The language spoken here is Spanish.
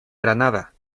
granada